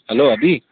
hello अभी